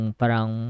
parang